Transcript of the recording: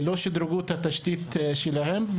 לא שדרגו את התשתית שלהם.